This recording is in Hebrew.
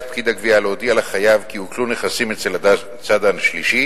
פקיד הגבייה להודיע לחייב כי עוקלו נכסים אצל הצד השלישי